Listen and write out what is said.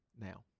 now